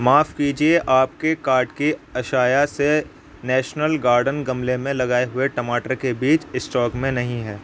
معاف کیجیے آپ کے کارٹ کی اشایا سے نیشنل گارڈن گملے میں لگائے ہوئے ٹماٹر کے بیج اسٹاک میں نہیں ہیں